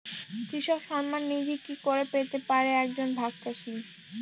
কৃষক সন্মান নিধি কি করে পেতে পারে এক জন ভাগ চাষি?